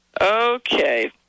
Okay